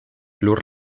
lur